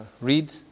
read